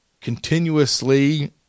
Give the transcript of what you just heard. continuously